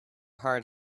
hard